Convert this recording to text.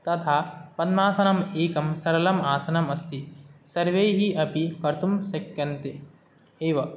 तथा पद्मासनम् एकं सरलम् आसनम् अस्ति सर्वैः अपि कर्तुं शक्यन्ते एव